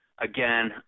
Again